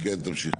כן, תמשיך.